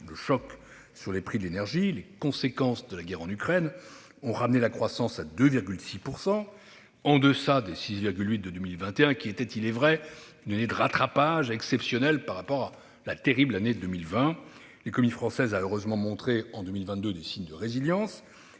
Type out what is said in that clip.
Le choc sur les prix de l'énergie et les conséquences de la guerre en Ukraine ont ramené la croissance à 2,6 %, en deçà des 6,8 % de 2021, une année, certes, de rattrapage exceptionnel par rapport à la terrible année 2020. L'économie française a heureusement montré des signes de résilience